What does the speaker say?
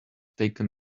taken